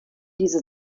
diese